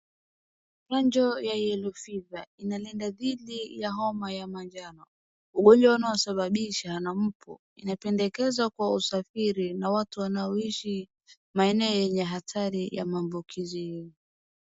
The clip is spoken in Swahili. Chanjo ya yellow fever inalinda dhidi ya homa ya manjano, ugonjwa unaosababishwa na mbu, inapendekezwa kwa wasafiri na watu wanaoishi maeneo yenye hatari ya maambukizi.